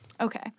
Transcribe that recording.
Okay